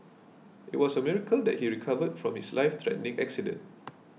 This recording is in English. it was a miracle that he recovered from his lifethreatening accident